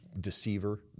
Deceiver